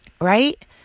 right